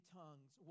tongues